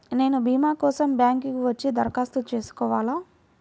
నేను భీమా కోసం బ్యాంక్కి వచ్చి దరఖాస్తు చేసుకోవాలా?